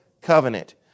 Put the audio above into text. Covenant